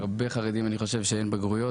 להרבה חרדים אני חושב שאין בגרות,